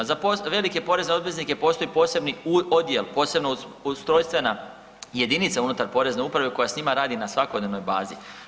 Za velike porezne obveznike postoji posebni odjel, posebno ustrojstvena jedinica unutar porezne uprave koja s njima radi na svakodnevnoj bazi.